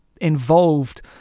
involved